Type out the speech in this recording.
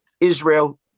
Israel